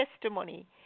testimony